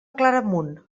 claramunt